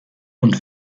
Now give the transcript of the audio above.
und